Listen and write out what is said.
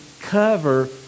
cover